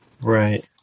Right